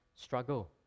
struggle